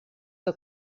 que